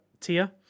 tier